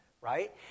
right